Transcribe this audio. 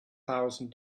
thousand